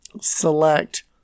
select